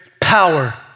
power